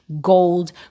gold